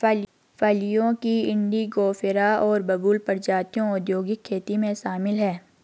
फलियों की इंडिगोफेरा और बबूल प्रजातियां औद्योगिक खेती में शामिल हैं